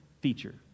feature